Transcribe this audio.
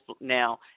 now